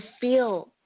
feel